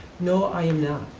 no, i am not.